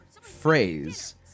phrase